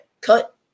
cut